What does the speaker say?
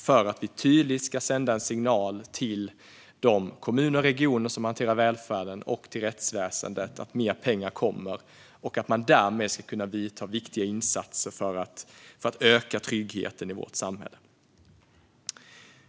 Vi sänder en tydlig signal till rättsväsendet och de kommuner och regioner som hanterar välfärden att nya pengar kommer så att man ska kunna göra viktiga insatser för att öka tryggheten i vårt samhälle.